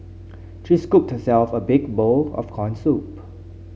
she scooped herself a big bowl of corn soup